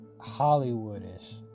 Hollywood-ish